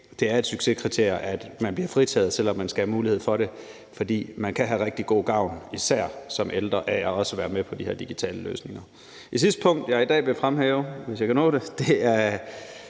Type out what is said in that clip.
det er et succeskriterium, at man bliver fritaget, selv om man skal have mulighed for det, for man kan have rigtig god gavn, især som ældre, af også at være med på de her digitale løsninger. Det sidste punkt, jeg i dag vil fremhæve, hvis jeg kan nå det, er,